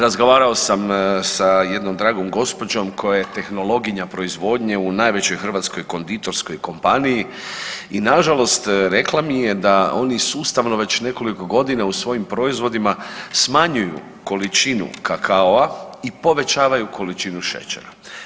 Razgovarao sa jednom dragom gospođom koja je tehnologinja proizvodnje u najvećoj hrvatskoj konditorskoj kompaniji i na žalost rekla mi je da oni sustavno već nekoliko godina u svojim proizvodima smanjuju količinu kakaa i povećavaju količinu šećera.